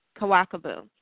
Kawakabu